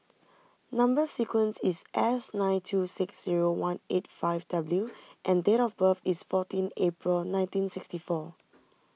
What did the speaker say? Number Sequence is S nine two six zero one eight five W and date of birth is fourteen April nineteen sixty four